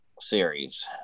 series